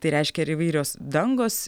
tai reiškia ir įvairios dangos